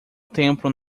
tempo